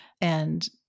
and-